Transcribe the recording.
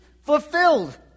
fulfilled